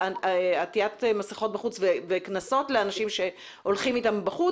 עטיית מסכות בחוץ וקנסות לאנשים שלא הולכים איתן בחוץ,